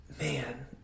man